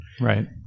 right